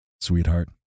Sweetheart